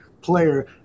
player